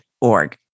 org